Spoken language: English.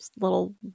little